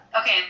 Okay